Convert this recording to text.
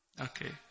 okay